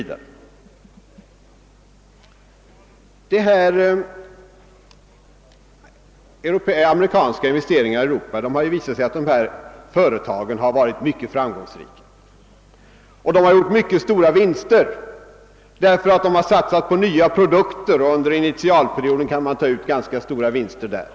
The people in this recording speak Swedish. Det har visat sig, att de amerikanska företag som gjort investeringar i Europa varit mycket framgångsrika. De har inhöstat mycket stora vinster, därför att de satsat på nya produkter och under initialperioden kunnat ta ut ganska goda priser på dem.